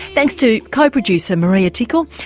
thanks to co-producer maria tickle,